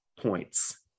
points